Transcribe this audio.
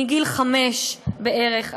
מגיל חמש בערך,